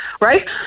right